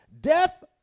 death